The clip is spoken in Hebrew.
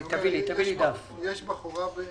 יש בחורה בשם